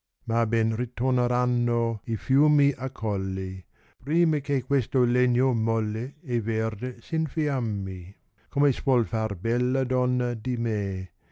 ma ben ritorneranno i fiumi a colli prima che questo legno molle e verde s infiammi come suol far bella donna di me